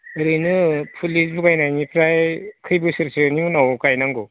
ओरैनो फुलि होबायनायनिफ्राय खै बोसोरसोनि उनाव गायनांगौ